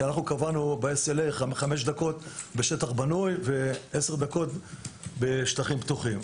כי אנחנו קבענו 5 דקות בשטח בנוי ו-10 דקות בשטחים פתוחים.